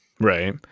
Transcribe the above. Right